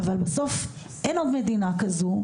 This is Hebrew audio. אבל בסוף אין עוד מדינה כזו,